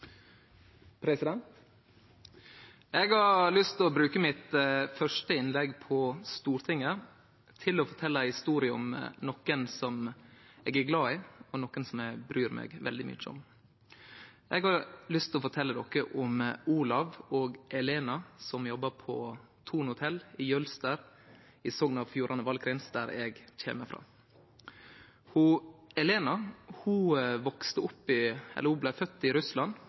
Eg har lyst til å bruke mitt første innlegg på Stortinget til å fortelje ei historie om nokon som eg er glad i, og som eg bryr meg veldig mykje om. Eg har lyst til fortelje om Olav og Elena som jobbar på Thon Hotel i Jølster i Sogn og Fjordane valkrins, der eg kjem frå. Elena blei født i Russland og voks opp i Bulgaria. Då ho